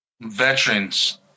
veterans